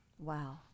Wow